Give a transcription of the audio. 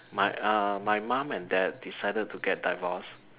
my ah my mom and dad decided to get divorced